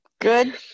Good